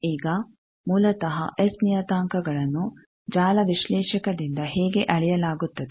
ಈಗ ಮೂಲತಃ ಎಸ್ ನಿಯತಾಂಕಗಳನ್ನು ಜಾಲ ವಿಶ್ಲೇಷಕದಿಂದ ಹೇಗೆ ಅಳೆಯಲಾಗುತ್ತದೆ